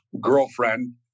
girlfriend